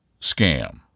scam